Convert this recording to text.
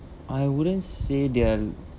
I wouldn't say they are